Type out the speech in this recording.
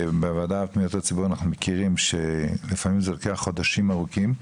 כי בוועדה לפניות הציבור אנחנו מכירים שלפעמים זה לוקח חודשים ארוכים,